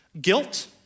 guilt